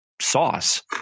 sauce